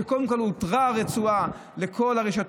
שקודם כול הותרה הרצועה לכל הרשתות,